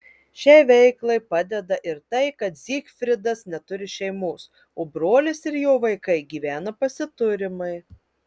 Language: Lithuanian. šiai veiklai padeda ir tai kad zygfridas neturi šeimos o brolis ir jo vaikai gyvena pasiturimai